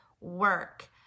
work